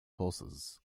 forces